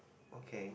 okay